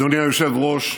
אדוני היושב-ראש,